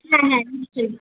হ্যাঁ হ্যাঁ নিশ্চয়ই